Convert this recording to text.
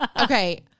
okay